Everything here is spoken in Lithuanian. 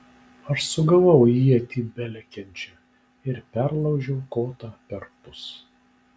aš sugavau ietį belekiančią ir perlaužiau kotą perpus